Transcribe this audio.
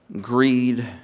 greed